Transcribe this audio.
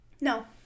no